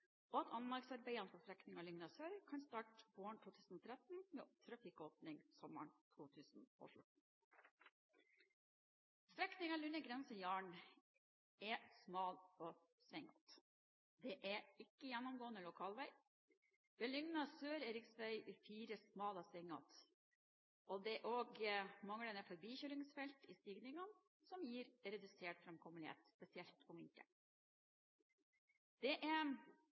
at anleggsarbeidene på strekningen i Lygna sør kan starte våren 2013 med trafikkåpning sommeren 2014. Strekningen Lunner grense–Jaren er smal og svingete. Det er ikke gjennomgående lokalvei. Ved Lygna sør er rv. 4 smal og svingete. Det er også manglende forbikjøringsfelt i stigningene, noe som gir redusert framkommelighet, spesielt om vinteren. Det er